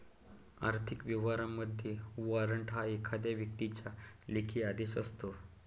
आर्थिक व्यवहारांमध्ये, वॉरंट हा एखाद्या व्यक्तीचा लेखी आदेश असतो